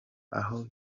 aho